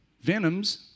venoms